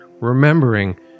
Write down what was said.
remembering